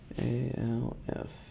A-L-F